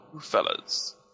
fellas